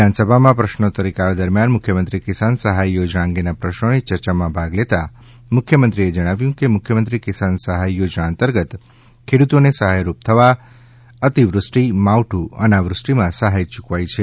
વિધાનસભામાં પ્રશ્નોત્તરીકાળ દરમ્યાન મુખ્યમંત્રી કિસાન સહાય યોજના અંગેના પ્રશ્નોની ચર્ચામાં ભાગ લેતાં મુખ્યમંત્રીશ્રીએ જણાવ્યું કે મુખ્યમંત્રી કિસાન સહાય યોજના અંતર્ગત ખેડૂતોને સહાયરૂપ થવા અતિવૃષ્ટિ માવઠુ અનાવૃષ્ટિમાં સહાય યૂકવાઇ છે